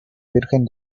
virgen